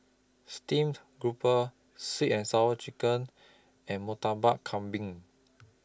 Steamed Grouper Sweet and Sour Chicken and Murtabak Kambing